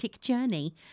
journey